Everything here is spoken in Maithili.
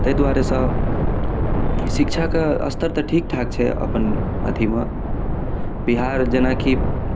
ताहि दुआरेसँ शिक्षाके अस्तर तऽ ठीकठाक छै अपन अथीमे बिहार जेनाकि